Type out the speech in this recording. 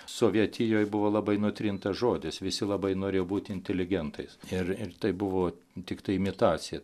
sovietijoj buvo labai nutrintas žodis visi labai norėjo būti inteligentais ir ir tai buvo tiktai imitacija